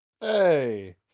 Hey